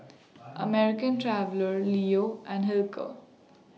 American Traveller Leo and Hilker